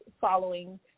following